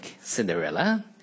Cinderella